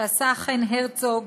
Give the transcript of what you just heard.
שעשה חן הרצוג,